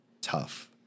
tough